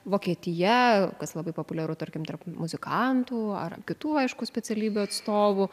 vokietija kas labai populiaru tarkim tarp muzikantų ar kitų aišku specialybių atstovų